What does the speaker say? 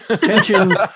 Tension